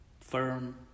firm